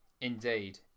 Indeed